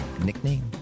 nickname